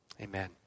Amen